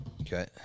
Okay